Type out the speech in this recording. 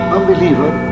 Unbeliever